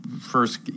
first